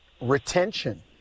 retention